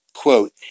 quote